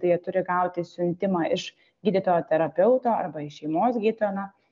tai jie turi gauti siuntimą iš gydytojo terapeuto arba iš šeimos gydytojo na